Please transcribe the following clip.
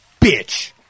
bitch